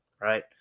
right